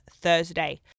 Thursday